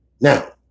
Now